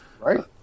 Right